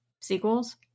sequels